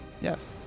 Yes